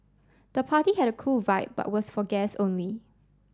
the party had cool a vibe but was for guests only